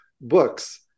books